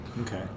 Okay